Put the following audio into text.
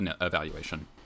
evaluation